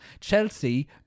Chelsea